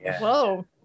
Whoa